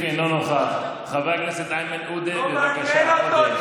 הם לוקחים על עצמם להיות שותפים עם היזמים הללו בשביל למצוא פתרונות